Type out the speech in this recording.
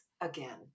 again